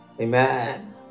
Amen